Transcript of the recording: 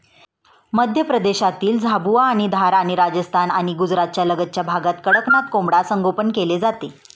मध्य प्रदेशातील झाबुआ आणि धार आणि राजस्थान आणि गुजरातच्या लगतच्या भागात कडकनाथ कोंबडा संगोपन केले जाते